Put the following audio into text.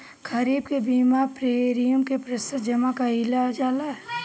खरीफ के बीमा प्रमिएम क प्रतिशत जमा कयील जाला?